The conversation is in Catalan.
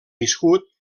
viscut